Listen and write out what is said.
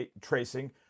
tracing